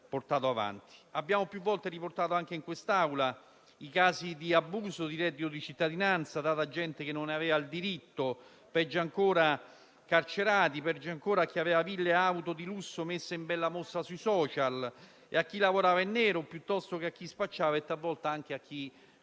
Abbiamo più volte riportato anche in quest'Aula i casi di abuso del reddito di cittadinanza, da parte di gente che non aveva il diritto, o peggio ancora di carcerati, o di chi aveva ville e auto di lusso messe in bella mostra sui *social*, di chi lavorava in nero o di chi spacciava e talvolta anche di chi uccideva.